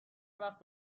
وقت